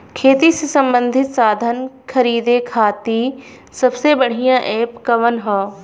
खेती से सबंधित साधन खरीदे खाती सबसे बढ़ियां एप कवन ह?